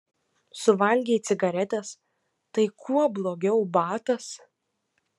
suvalgei cigaretes tai kuo blogiau batas